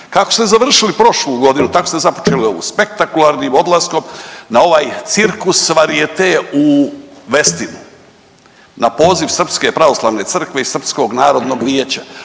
Kako ste završili prošlu godinu tako ste započeli ovu. Spektakularnim odlaskom na ovaj cirkus variete u West Inu na poziv Srpske pravoslavne crkve i Srpskog narodnog vijeća.